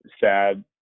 sad